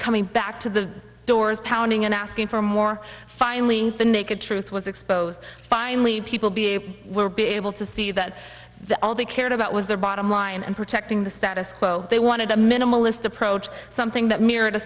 coming back to the doors pounding and asking for more finally the naked truth was exposed finally people be a will be able to see that that all they cared about was their bottom line and protecting the status quo they wanted a minimalist approach something that